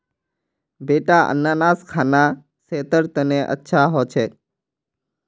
बेटा अनन्नास खाना सेहतेर तने अच्छा हो छेक